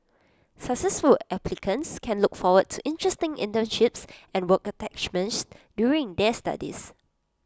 successful applicants can look forward to interesting internships and work attachments during their studies